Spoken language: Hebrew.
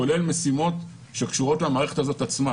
כולל משימות שקשורות למערכת עצמה.